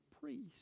priest